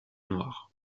noire